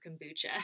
kombucha